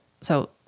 so-